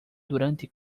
durante